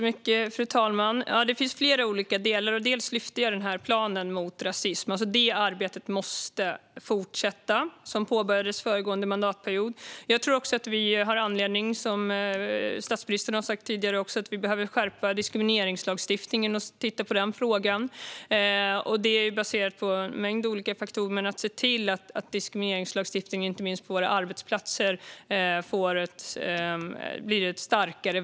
Fru talman! Det finns flera olika delar. Dels lyfte jag fram planen mot rasism. Det arbetet, som påbörjades föregående mandatperiod, måste fortsätta. Jag tror också att vi, som statsministern har sagt, har anledning att skärpa diskrimineringslagstiftningen och titta på den frågan. Det är baserat på en mängd olika faktorer. Vi måste se till att diskrimineringslagstiftningen blir ett starkare verktyg, inte minst på våra arbetsplatser.